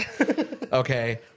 Okay